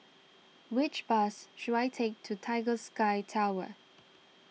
which bus should I take to Tiger Sky Tower